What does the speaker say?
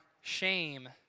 shame